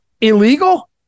illegal